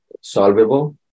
solvable